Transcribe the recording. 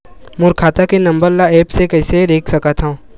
मोर खाता के नंबर ल एप्प से कइसे देख सकत हव?